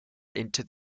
into